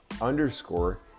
underscore